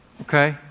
okay